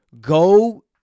Go